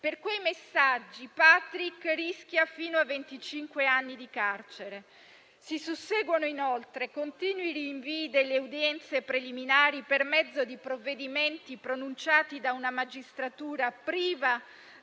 Per quei messaggi Patrick rischia fino a venticinque anni di carcere. Si susseguono inoltre continui rinvii delle udienze preliminari per mezzo di provvedimenti pronunciati da una magistratura priva